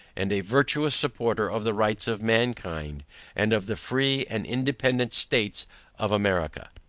and a virtuous supporter of the rights of mankind and of the free and independant states of america.